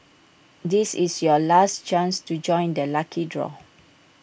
this is your last chance to join the lucky draw